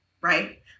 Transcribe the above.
right